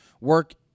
work